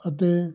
ਅਤੇ